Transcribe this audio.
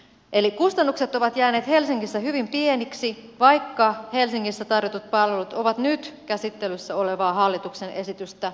eli kustannukset ovat jääneet helsingissä hyvin pieniksi vaikka helsingissä tarjotut palvelut ovat nyt käsittelyssä olevaa hallituksen esitystä laajemmat